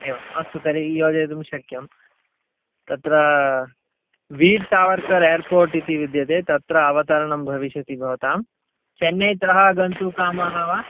एवम् अस्तु तर्हि योजयितुं शक्यं तत्र वीरसावर्कर् एर्पोर्ट् इति विद्यते तत्र अवतरणं भविष्यति भवतां चेन्नैतः गन्तुकामाः वा